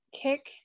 kick